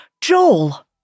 Joel